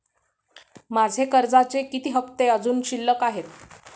माझे कर्जाचे किती हफ्ते अजुन शिल्लक आहेत?